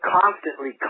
constantly